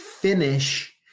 finish